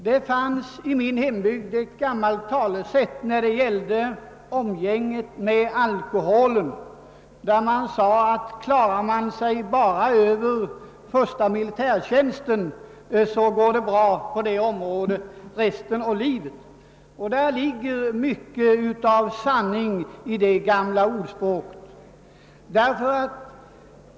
Det fanns i min hembygd ett gammalt talesätt om umgänget med alkoholen: Klarar man sig bara över den första militärtjänsten, så går det bra resten av livet. Det ligger mycken sanning i det gamla talesättet.